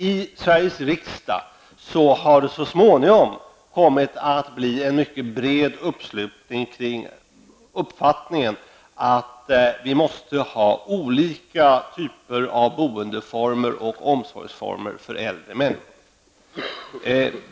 I Sveriges riksdag har det så småningom kommit att bli en mycket bred uppslutning kring uppfattningen att vi måste ha olika typer av boendeformer och omsorgsformer för äldre människor.